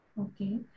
Okay